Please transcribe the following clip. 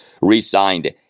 re-signed